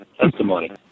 testimony